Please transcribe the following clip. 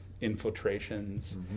infiltrations